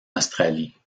australie